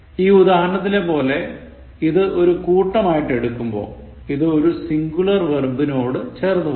ഈ ഉദാഹരണത്തിലെപോലെ ഇത് ഒരു കൂട്ടമായി എടുക്കുമ്പോൾ ഇതു ഒരു singular verbനോട് ചേർന്നു പോകും